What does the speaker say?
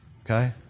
Okay